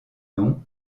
nom